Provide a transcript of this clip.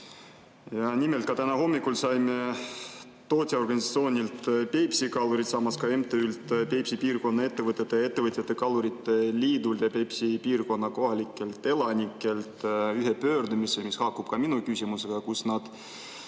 Nimelt, täna hommikul saime tootjaorganisatsioonilt Peipsi Kalurid, samas ka MTÜ-lt Peipsi Piirkonna Ettevõtete ja Ettevõtjate Kalurite Liit ning Peipsi piirkonna kohalikelt elanikelt pöördumise, mis haakub ka minu küsimusega. Nad